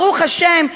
ברוך השם,